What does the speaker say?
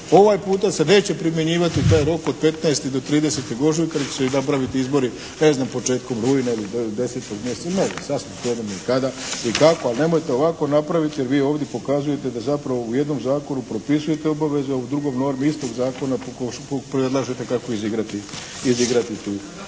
ovaj puta se neće primjenjivati taj rok od 15. do 30. ožujka već će se napraviti izbori ne znam, početkom rujna ili desetom mjesecu, ne znam, svejedno mi je kada i kako. Ali nemojte ovako napraviti jer ovdje pokazujete da zapravo u jednom zakonu propisujete obavezu, a u drugoj normi istok zakona predlažete kako izigrati tu